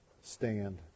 stand